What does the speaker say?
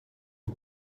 een